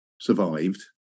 survived